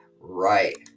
right